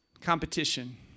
Competition